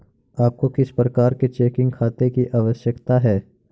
आपको किस प्रकार के चेकिंग खाते की आवश्यकता है?